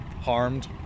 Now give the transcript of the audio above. harmed